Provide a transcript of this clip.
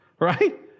Right